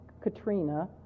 Katrina